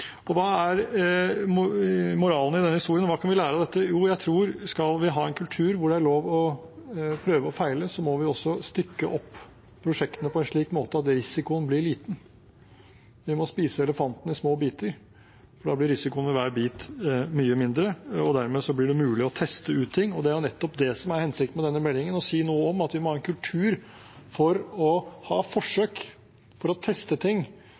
Hva kan vi lære av dette? Jo, moralen i denne historien er at skal vi ha en kultur der det er lov til å prøve og feile, må vi også stykke opp prosjektene på en slik måte at risikoen blir liten. Vi må spise elefanten i små biter. Da vil risikoen være mye mindre, og dermed blir det mulig å teste ut ting. Det er nettopp det som er hensikten med denne meldingen: å si noe om at vi må ha en kultur for å ha forsøk, for å teste ting,